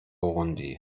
burundi